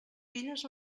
filles